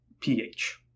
pH